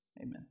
Amen